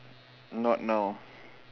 not now